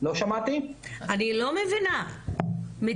לא מבינה,